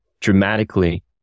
dramatically